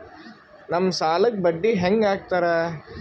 ನಮ್ ಸಾಲಕ್ ಬಡ್ಡಿ ಹ್ಯಾಂಗ ಹಾಕ್ತಾರ?